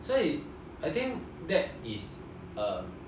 所以 I think that is um